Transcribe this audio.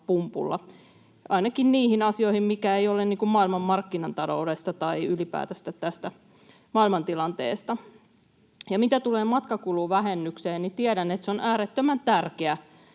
ainakin niissä asioissa, mitkä eivät johdu maailman markkinataloudesta tai ylipäätänsä tästä maailmantilanteesta. Mitä tulee matkakuluvähennykseen, niin tiedän, että se on äärettömän tärkeä